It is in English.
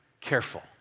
careful